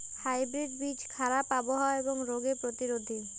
hybrid বীজ খারাপ আবহাওয়া এবং রোগে প্রতিরোধী